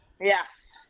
Yes